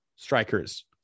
Strikers